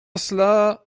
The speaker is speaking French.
cela